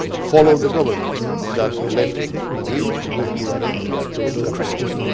followed the government that left madrid, moved to valencia, then to catalonia,